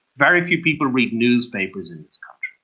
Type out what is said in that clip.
very few people read newspapers in this country.